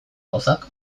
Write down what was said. gauzak